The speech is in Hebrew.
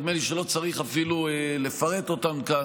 ונדמה לי שלא צריך אפילו לפרט אותן כאן,